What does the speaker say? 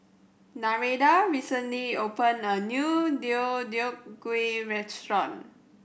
Nereida recently opened a new Deodeok Gui restaurant